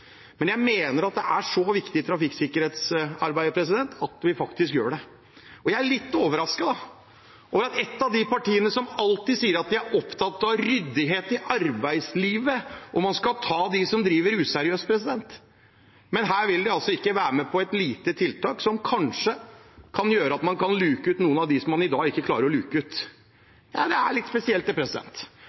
Men jeg mener det er så viktig i trafikksikkerhetsarbeidet at vi faktisk gjør det. Jeg er litt overrasket over at et av de partiene som alltid sier de er opptatt av ryddighet i arbeidslivet og av å ta dem som driver useriøst, her ikke vil være med på et lite tiltak som kanskje kan gjøre at man kan luke ut noen av dem man i dag ikke klarer å luke ut. Det er litt spesielt.